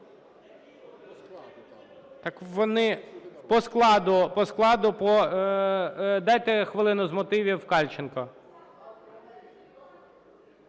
складу, по складу, дайте хвилину з мотивів Кальченку.